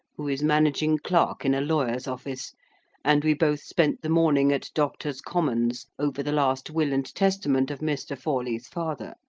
who is managing clerk in a lawyer's office and we both spent the morning at doctors' commons, over the last will and testament of mr. forley's father.